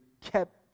kept